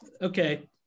Okay